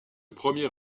premier